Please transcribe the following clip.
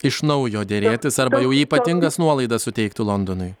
iš naujo derėtis arba jau ypatingas nuolaidas suteikti londonui